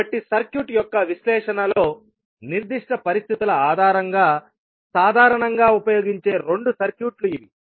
కాబట్టి సర్క్యూట్ యొక్క విశ్లేషణలో నిర్దిష్ట పరిస్థితుల ఆధారంగా సాధారణంగా ఉపయోగించే రెండు సర్క్యూట్లు ఇవి